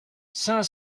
cinq